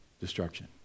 destruction